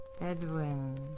Edwin